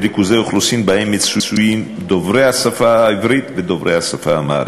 בריכוזי אוכלוסין שבהם מצויים דוברי השפה הערבית ודוברי השפה האמהרית.